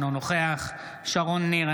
אינו נוכח שרון ניר,